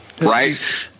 right